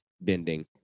bending